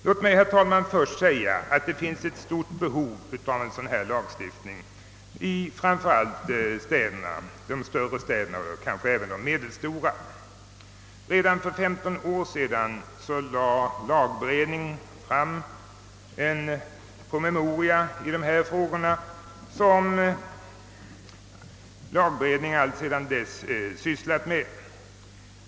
Låt mig, herr talman, först säga att det finns ett stort behov av en sådan här lagstiftning, framför allt i de större städerna men kanske även i de medelstora. Redan för femton år sedan lade lagberedningen fram en promemoria i dessa frågor, vilka lagberedningen alltsedan dess sysslat med.